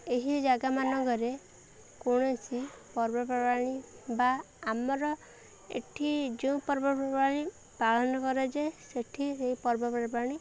ଏହି ଜାଗା ମାନଙ୍କରେ କୌଣସି ପର୍ବପର୍ବାଣି ବା ଆମର ଏଠି ଯେଉଁ ପର୍ବପର୍ବାଣି ପାଳନ କରାଯାଏ ସେଠି ସେଇ ପର୍ବପର୍ବାଣି